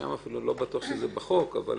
שם אפילו לא בטוח שזה בחוק, אבל